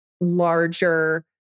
larger